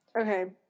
okay